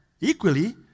Equally